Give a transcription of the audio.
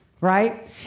right